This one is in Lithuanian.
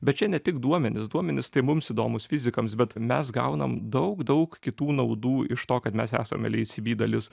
bet čia ne tik duomenys duomenys tai mums įdomūs fizikams bet mes gaunam daug daug kitų naudų iš to kad mes esam lhcb dalis